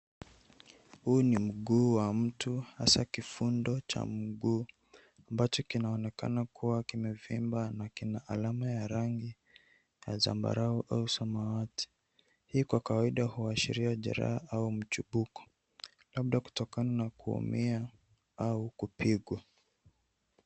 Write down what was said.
Huu ni mguu wa mtu, hasa kifundo cha mguu ambacho kinaonekana kuwa kimevimba na kina alama ya rangi ya zambarau au samawati. Hii kwa kawaida huashiria jeraha au mchipuko labda kutokana na kuumia au kupigwa.